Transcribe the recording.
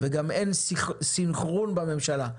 וגם אין סנכרון בממשלה,